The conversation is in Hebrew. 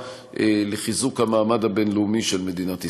לחיזוק המעמד הבין-לאומי של מדינת ישראל.